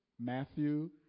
Matthew